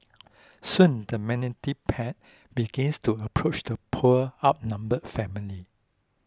soon the pack began to approach the poor outnumbered family